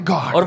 God